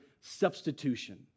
substitution